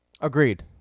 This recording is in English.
Agreed